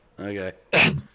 Okay